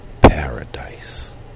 paradise